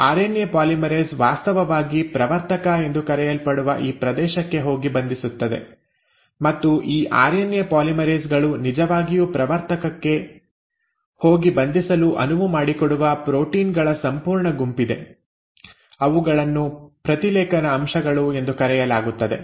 RNA polymerase ವಾಸ್ತವವಾಗಿ ಪ್ರವರ್ತಕ ಎಂದು ಕರೆಯಲ್ಪಡುವ ಈ ಪ್ರದೇಶಕ್ಕೆ ಹೋಗಿ ಬಂಧಿಸುತ್ತದೆ ಮತ್ತು ಈ ಆರ್ಎನ್ಎ ಪಾಲಿಮರೇಸ್ ಗಳು ನಿಜವಾಗಿಯೂ ಪ್ರವರ್ತಕಕ್ಕೆ ಹೋಗಿ ಬಂಧಿಸಲು ಅನುವು ಮಾಡಿಕೊಡುವ ಪ್ರೋಟೀನ್ ಗಳ ಸಂಪೂರ್ಣ ಗುಂಪಿದೆ ಅವುಗಳನ್ನು ಪ್ರತಿಲೇಖನ ಅಂಶಗಳು ಎಂದು ಕರೆಯಲಾಗುತ್ತದೆ